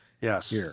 Yes